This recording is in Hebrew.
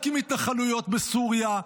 לא להקים התנחלויות בסוריה,